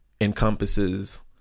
encompasses